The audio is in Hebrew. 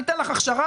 ניתן לך הכשרה.